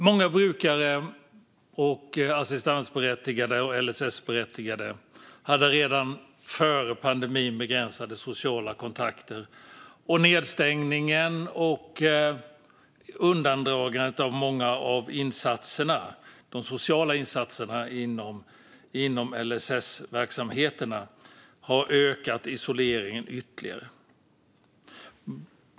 Många assistansberättigade och LSS-berättigade hade redan före pandemin begränsade sociala kontakter, och nedstängningen och undandragandet av många av de sociala insatserna inom LSS-verksamheterna under pandemin har ökat isoleringen ytterligare.